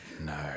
No